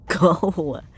Go